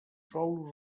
sol